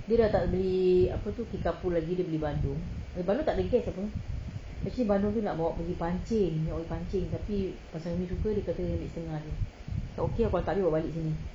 dia dah tak beli apa tu kickapoo lagi dia beli bandung bandung takde gas apa actually bandung tu nak bawa pergi pancing nak bawa pergi pancing tapi pasal umi suka dia ambil setengah jer okay kalau tak dia bawa balik sini